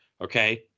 Okay